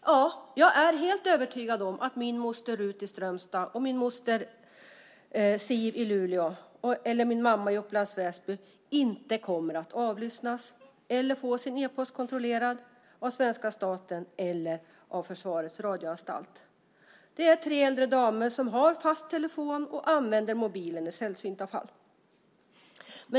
Ja, jag är helt övertygad om att min moster Rut i Strömstad, min moster Siv i Luleå eller min mamma i Upplands-Väsby inte kommer att avlyssnas eller få sin e-post kontrollerad av svenska staten eller Försvarets radioanstalt. De är tre äldre damer som har fast telefon och använder mobilen i sällsynta fall.